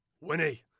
Winnie